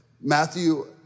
Matthew